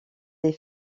des